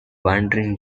wandering